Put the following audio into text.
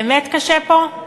באמת קשה פה?